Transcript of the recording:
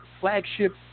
flagship